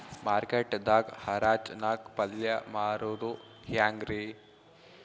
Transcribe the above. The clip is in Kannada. ಮಾರ್ಕೆಟ್ ದಾಗ್ ಹರಾಜ್ ನಾಗ್ ಪಲ್ಯ ಮಾರುದು ಹ್ಯಾಂಗ್ ರಿ?